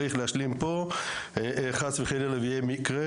צריך להשלים פה אם חס וחלילה יהיה מקרה.